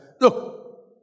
Look